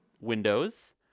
Windows